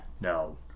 no